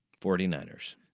49ers